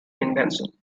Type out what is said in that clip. invention